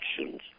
actions